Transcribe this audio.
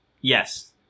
Yes